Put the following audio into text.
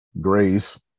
Grace